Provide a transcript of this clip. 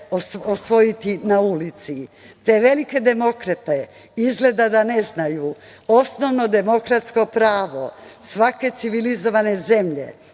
osvojiti na ulici. Te velike demokrate izgleda da ne znaju osnovno demokratsko pravo svake civilizovane zemlje,